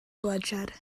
bloodshed